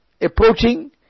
approaching